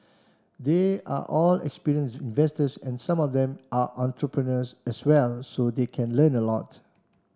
they are all experienced investors and some of them are entrepreneurs as well so they can learn a lot